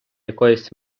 якоїсь